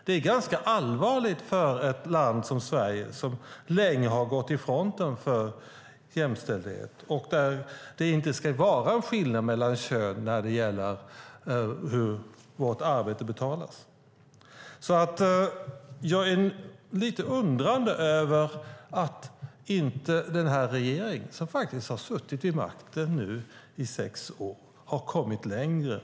Det är ganska allvarligt för ett land som Sverige, som länge har gått i fronten för jämställdhet. Det ska inte vara någon skillnad mellan könen när det gäller hur vårt arbete betalas. Jag är lite undrande över att inte denna regering, som har suttit vid makten i sex år nu, inte har kommit längre.